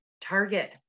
target